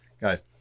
Guys